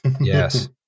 Yes